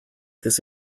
this